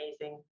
amazing